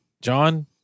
John